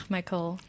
Michael